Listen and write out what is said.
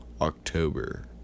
October